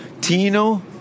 Tino